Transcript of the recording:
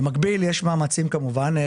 במקביל יש מאמצים כמובן,